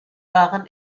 waren